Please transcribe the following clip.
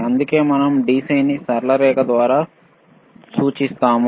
అందుకే మనం DC ని సరళ రేఖ ద్వారా సూచిస్తాము